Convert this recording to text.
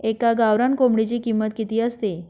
एका गावरान कोंबडीची किंमत किती असते?